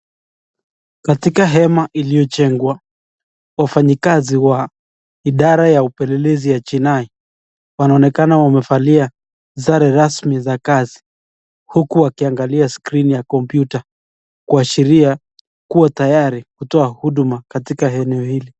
Katika hema iliyojengwa, wafanyikazi wa Idara ya Upelelezi ya Jinai wanaonekana wamevalia sare rasmi za kazi huku wakiangalia skrini ya kompyuta kuashiria kuwa tayari kutoa huduma katika eneo hili.